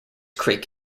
creek